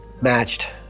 matched